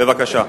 בבקשה.